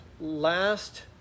last